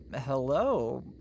hello